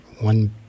One